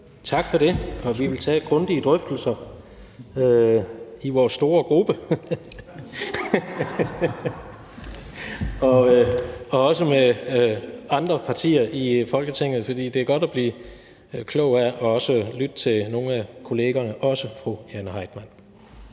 Tak for det. Vi vil tage grundige drøftelser i vores store gruppe og også med andre partier i Folketinget, for det er godt at blive klog af og også lytte til nogle af kollegaerne, også fru Jane Heitmann.